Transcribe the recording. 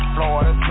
Florida